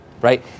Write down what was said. right